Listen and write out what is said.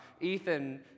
Ethan